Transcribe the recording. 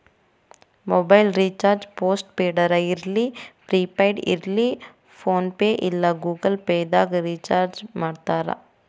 mobile recharge post ಪೇಡರ ಇರ್ಲಿ prepaid ಇರ್ಲಿ ಫೋನ್ಪೇ ಇಲ್ಲಾ ಗೂಗಲ್ ಪೇದಾಗ್ ರಿಚಾರ್ಜ್ಮಾಡ್ತಾರ